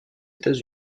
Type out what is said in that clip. états